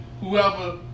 whoever